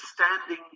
understanding